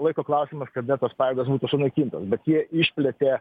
laiko klausimas kada tos pajėgos būtų sunaikintos bet jie išplėtė